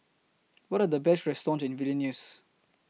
What Are The Best restaurants Vilnius